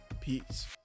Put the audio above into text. peace